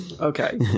Okay